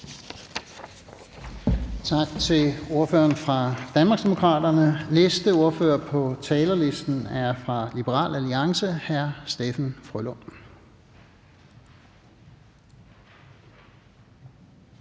Tak til ordføreren fra Danmarksdemokraterne. Næste ordfører på talerlisten er fra Liberal Alliance, og det er hr. Steffen W. Frølund.